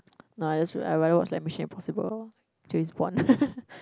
no I just I rather watch like Mission Impossible James Bond